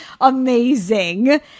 amazing